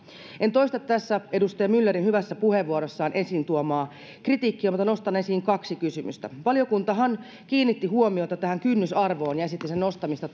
en toista tässä edustaja myllerin hyvässä puheenvuorossaan esiin tuomaa kritiikkiä mutta nostan esiin kaksi kysymystä valiokuntahan kiinnitti huomiota tähän kynnysarvoon ja esitti sen nostamista